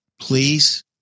please